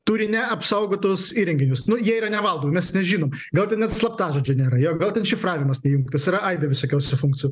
turi neapsaugotus įrenginius nu jie yra nevaldomi mes nežinom gal ten net slaptažodžio nėra jo gal šifravimas neįjungtas yra aibė visokiausių funkcijų